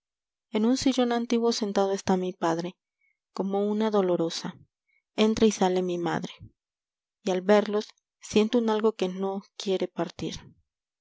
en un sillón antiguo sentado está mi padre como una dolorosa entra y sale mi madre y al verlos siento un algo que no quiere partir